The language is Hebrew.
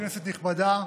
כנסת נכבדה,